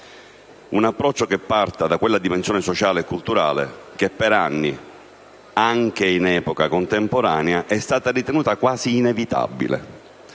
Un approccio che parta da quella dimensione sociale e culturale che per anni, anche in epoca contemporanea, è stata ritenuta quasi inevitabile,